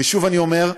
ושוב אני אומר: